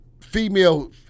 female